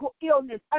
illness